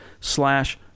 slash